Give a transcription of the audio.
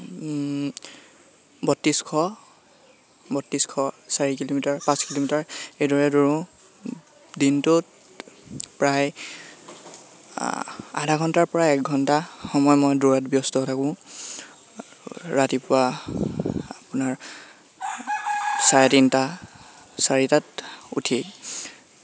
বত্ৰিছশ বত্ৰিছশ চাৰি কিলোমিটাৰ পাঁচ কিলোমিটাৰ এইদৰে দৌৰোঁ দিনটোত প্ৰায় আধা ঘণ্টাৰপৰা এক ঘণ্টা সময় মই দৌৰত ব্যস্ত হৈ থাকোঁ আৰু ৰাতিপুৱা আপোনাৰ চাৰে তিনিটা চাৰিটাত উঠিয়ে